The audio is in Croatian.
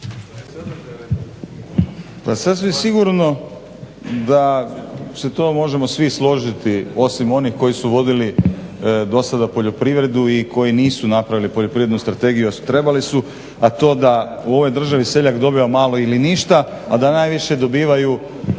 Pa sasvim sigurno da se to možemo svi složiti osim onih koji su vodili do sada poljoprivredu i koji nisu napravili poljoprivrednu strategiju, a trebali su, a to da u ovoj državi seljak dobiva malo ili ništa, a da najviše dobivaju